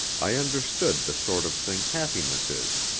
i understood the sort of thing happiness is.